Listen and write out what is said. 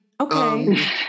Okay